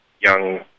young